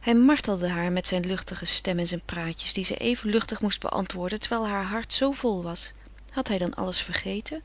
hij martelde haar met zijn luchtige stem en zijne praatjes die zij even luchtig moest beantwoorden terwijl haar hart zoo vol was had hij dan alles vergeten